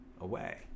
away